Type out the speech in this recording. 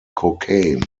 cocaine